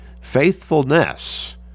faithfulness